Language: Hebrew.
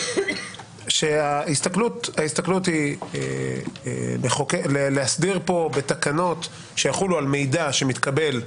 שההסתכלות היא להסדיר פה בתקנות שיחולו על מידע שמתקבל,